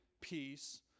peace